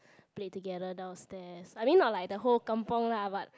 play together downstairs I mean not like the whole Kampung lah but